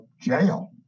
jail